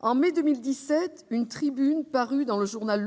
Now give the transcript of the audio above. En mai 2017, une tribune parue dans le journal